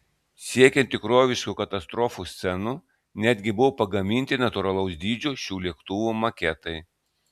siekiant tikroviškų katastrofų scenų netgi buvo pagaminti natūralaus dydžio šių lėktuvų maketai